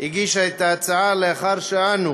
הגישה את ההצעה לאחר שאנו